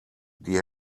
die